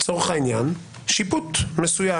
לצורך העניין שיפוט מסוים,